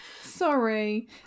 Sorry